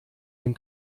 dem